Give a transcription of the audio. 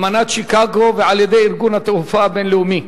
אמנת שיקגו, ועל-ידי ארגון התעופה הבין-לאומי,